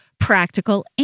practical